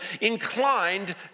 inclined